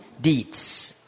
deeds